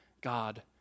God